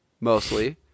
mostly